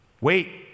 Wait